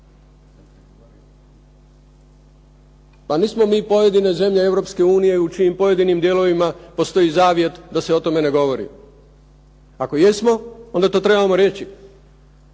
Pa nismo mi pojedine zemlje EU u čijim pojedinim dijelovima postoji zavjet da se o tome ne govori. Ako jesmo onda to trebamo reći,